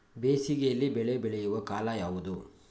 ಬೇಸಿಗೆ ಯಲ್ಲಿ ಬೆಳೆ ಬೆಳೆಯುವ ಕಾಲ ಯಾವುದು?